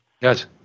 Yes